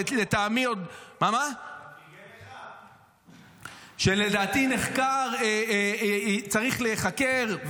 שלטעמי ------- שלדעתי צריך להיחקר,